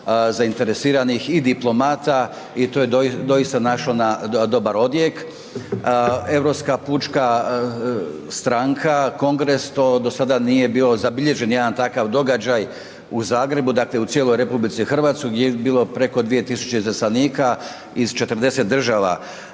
zainteresiranih i diplomata i to je doista naišlo na dobar odjek. Europska pučka stranka, Kongres, to do sada nije bilo zabilježen jedan takav događaj, dakle u cijeloj RH gdje je bilo preko 2000 izaslanika iz 40 država.